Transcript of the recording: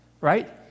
right